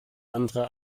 andere